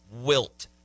Wilt